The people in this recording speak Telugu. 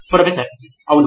ప్రొఫెసర్ అవును